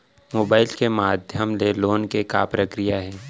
Mobile के माधयम ले लोन के का प्रक्रिया हे?